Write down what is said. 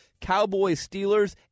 Cowboys-Steelers